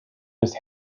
just